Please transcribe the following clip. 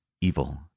evil